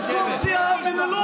חברי הכנסת, נא לשבת.